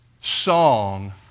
song